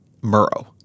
Murrow